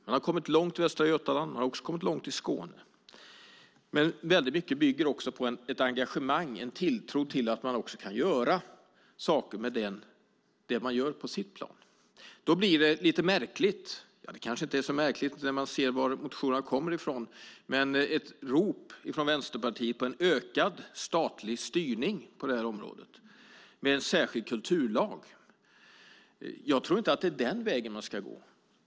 Man har kommit långt i Västra Götaland, och man har också kommit långt i Skåne. Väldigt mycket bygger på ett engagemang och en tilltro att man kan göra saker på sitt plan. Då blir det lite märkligt - eller det kanske inte är så märkligt när man ser varifrån motionerna kommer - när det kommer ett rop från Vänsterpartiet på en ökad statlig styrning på det här området med hjälp av en särskild kulturlag. Jag tror inte att det är den vägen man ska gå.